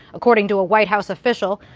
according to a white house official.